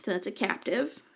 that's a captive.